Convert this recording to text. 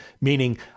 meaning